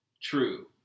true